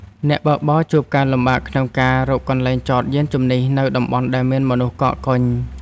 អ្នកបើកបរជួបការលំបាកក្នុងការរកកន្លែងចតយានជំនិះនៅតំបន់ដែលមានមនុស្សកកកុញ។